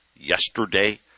yesterday